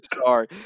Sorry